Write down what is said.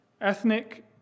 Ethnic